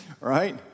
Right